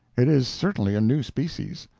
it is certainly a new species.